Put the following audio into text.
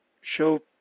show